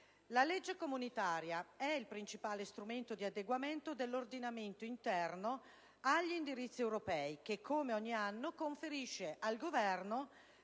La legge comunitaria è il principale strumento di adeguamento dell'ordinamento interno agli indirizzi europei che, come ogni anno, conferisce al Governo